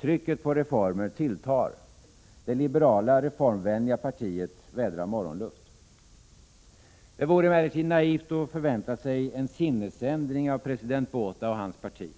Trycket på reformer tilltar. Det liberala, reformvänliga partiet vädrar morgonluft. Det vore emellertid naivt att förvänta sig en sinnesändring av president Botha och hans parti.